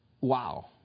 wow